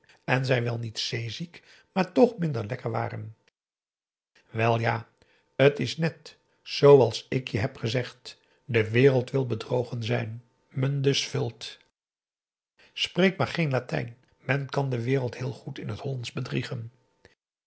en zij wel niet zeeziek maar toch minder lekker waren wel ja t is net zooals ik je heb gezegd de wereld wil bedrogen zijn mundus vult spreek maar geen latijn men kan de wereld heel goed in het hollandsch bedriegen